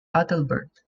adalbert